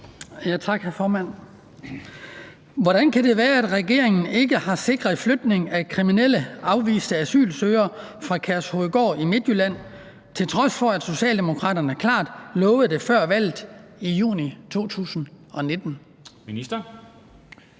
Hvordan kan det være, at regeringen ikke har sikret flytning af kriminelle afviste asylsøgere fra Kærshovedgård i Midtjylland, til trods for at Socialdemokraterne klart lovede det før valget i juni 2019?